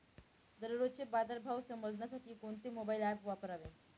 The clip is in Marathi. दररोजचे बाजार भाव समजण्यासाठी कोणते मोबाईल ॲप वापरावे?